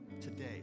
today